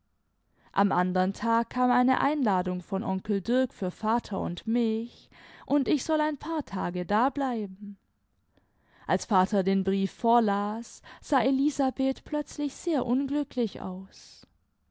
am andern tag kam eine einladung von onkel dirk für vater und mich imd ich soll ein paar tage dableiben als vater den brief vorlas sah elisabeth plötzlich sehr imglücklich aus